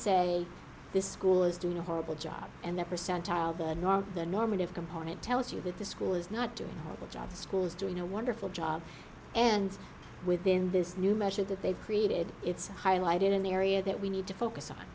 say this school is doing a horrible job and the percentile bad nor the normative component tells you that the school is not doing the job the schools doing a wonderful job and within this new measure that they've created it's highlighted an area that we need to focus on